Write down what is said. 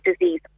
disease